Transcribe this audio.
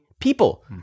people